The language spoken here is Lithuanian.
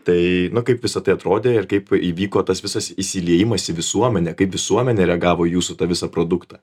tai kaip visa tai atrodė ir kaip įvyko tas visas įsiliejimas į visuomenę kaip visuomenė reagavo jūsų tą visą produktą